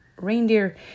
reindeer